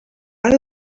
are